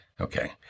Okay